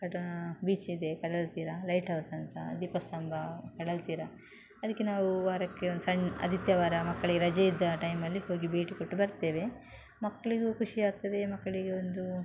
ಕಡ ಬೀಚ್ ಇದೆ ಕಡಲ ತೀರ ಲೈಟ್ ಹೌಸ್ ಅಂತ ದೀಪಸ್ಥಂಬ ಕಡಲತೀರ ಅದಕ್ಕೆ ನಾವು ವಾರಕ್ಕೆ ಒಂದು ಸಣ್ಣ ಆದಿತ್ಯವಾರ ಮಕ್ಕಳಿಗೆ ರಜೆ ಇದ್ದ ಟೈಮಲ್ಲಿ ಹೋಗಿ ಭೇಟಿ ಕೊಟ್ಟು ಬರ್ತೇವೆ ಮಕ್ಕಳಿಗೂ ಖುಷಿ ಆಗ್ತದೆ ಮಕ್ಕಳಿಗೆ ಒಂದು